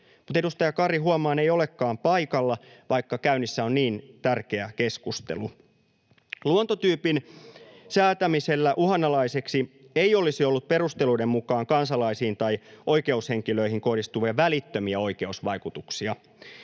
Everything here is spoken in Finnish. edustaja Kari ei olekaan paikalla, vaikka käynnissä on niin tärkeä keskustelu. [Petri Huru: Kuvaavaa!] Luontotyypin säätämisellä uhanalaiseksi ei olisi ollut perusteluiden mukaan kansalaisiin tai oikeushenkilöihin kohdistuvia välittömiä oikeusvaikutuksia.